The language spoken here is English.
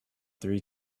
three